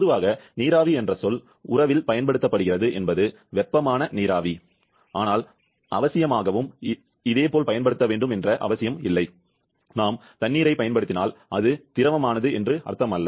பொதுவாக நீராவி என்ற சொல் உறவில் பயன்படுத்தப்படுகிறது என்பது வெப்பமான நீராவி ஆனால் அவசியமாகவும் இதேபோல் அல்ல நாம் தண்ணீரைப் பயன்படுத்தினால் அது திரவமானது என்று அர்த்தமல்ல